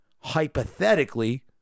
hypothetically